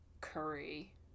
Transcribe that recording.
Curry